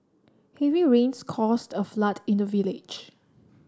heavy rains caused a flood in the village